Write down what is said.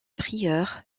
prieur